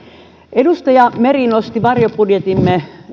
edustaja meri nosti varjobudjettimme